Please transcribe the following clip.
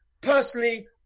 personally